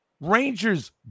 Rangers